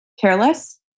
careless